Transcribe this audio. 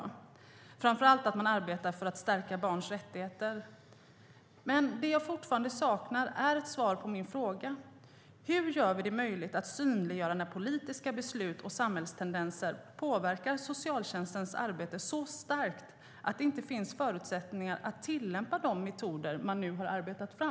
Framför allt gäller det att man arbetar för att stärka barns rättigheter. Det jag dock fortfarande saknar är ett svar på min fråga. Hur gör vi det möjligt att synliggöra när politiska beslut och samhällstendenser påverkar socialtjänstens arbete så starkt att det inte finns förutsättningar att tillämpa de metoder man nu har arbetat fram?